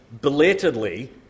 belatedly